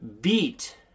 beat